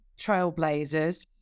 trailblazers